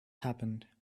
happened